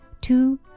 Two